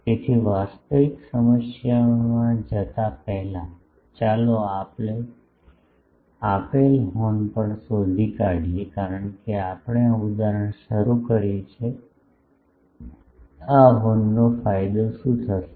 તેથી વાસ્તવિક સમસ્યામાં જતા પહેલા ચાલો આપેલ હોર્ન પણ શોધી કાઢીયે કારણ કે આપણે આ ઉદાહરણ શરૂ કર્યું છે કે આ હોર્નનો ફાયદો શું થશે